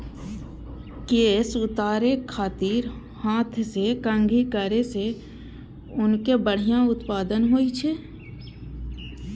केश उतारै खातिर हाथ सं कंघी करै सं ऊनक बढ़िया उत्पादन होइ छै